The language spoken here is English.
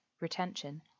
retention